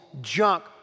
junk